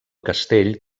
castell